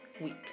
week